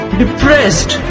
depressed